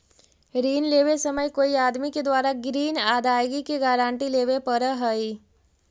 ऋण लेवे समय कोई आदमी के द्वारा ग्रीन अदायगी के गारंटी लेवे पड़ऽ हई